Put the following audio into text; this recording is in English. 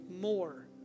more